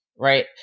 right